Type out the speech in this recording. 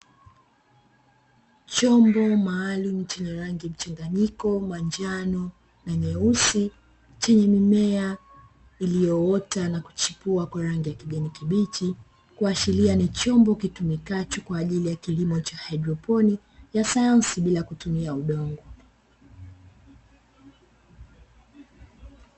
Chombo maalumu chenye rangi mchanganyiko majano na nyeusi, chenye mimea iliyoota na kuchipua kwa rangi ya kijani kibichi; ikiashiria ni chombo kitumikacho kwa ajili ya kilimo cha haidroponi, ya sayansi bila kutumia udongo.